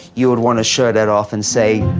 you would want to show that off and say,